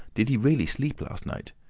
did he really sleep last night?